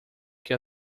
que